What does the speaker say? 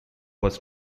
was